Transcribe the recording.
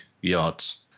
yards